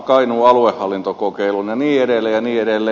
ja niin edelleen